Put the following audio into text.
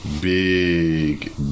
big